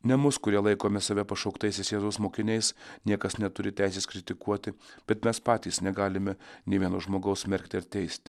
ne mus kurie laikome save pašauktaisiais jėzaus mokiniais niekas neturi teisės kritikuoti bet mes patys negalime nė vieno žmogaus smerkti ar teisti